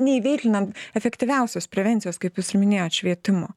neįvertinam efektyviausios prevencijos kaip jūs minėjot švietimo